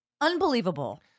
unbelievable